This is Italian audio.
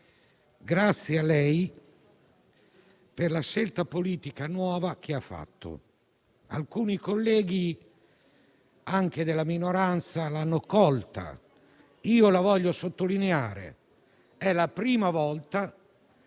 Consiglio, per la scelta politica nuova che ha fatto. Alcuni colleghi anche della minoranza l'hanno colta, io la voglio sottolineare: è la prima volta